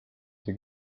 see